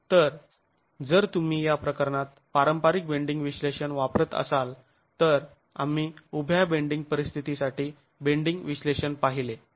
तर जर तुम्ही या प्रकरणात पारंपारिक बेंडींग विश्लेषण वापरत असाल तर आम्ही उभ्या बेंडींग परिस्थितीसाठी बेंडींग विश्लेषण पाहिले